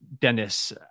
Dennis